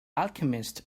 alchemist